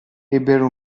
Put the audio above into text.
ebbero